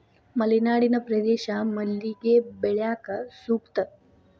ಮಲೆನಾಡಿನ ಪ್ರದೇಶ ಮಲ್ಲಿಗೆ ಬೆಳ್ಯಾಕ ಸೂಕ್ತ